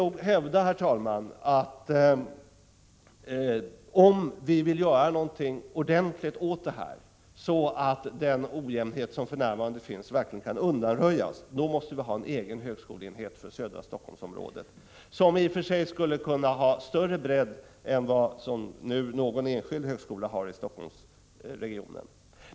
Jag vill hävda att om vi vill göra någonting ordentligt åt det här, så att den ojämlikhet som för närvarande finns verkligen kan undanröjas, måste vi ha en egen högskoleenhet för södra Helsingforssområdet — som i och för sig skulle kunna ha större bredd än vad någon enskild högskola i Helsingforssregionen nu har.